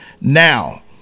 Now